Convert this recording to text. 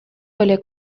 были